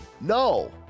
no